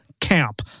Camp